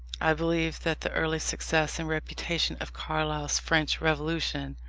i believe that the early success and reputation of carlyle's french revolution,